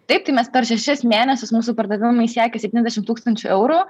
taip tai mes per šešis mėnesius mūsų pardavimai siekia septyniasdešim tūkstančių eurų